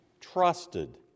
trusted